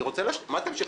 מה "תמשיך"?